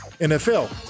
NFL